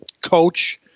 coach